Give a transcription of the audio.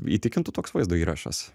įtikintų toks vaizdo įrašas